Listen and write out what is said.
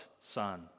son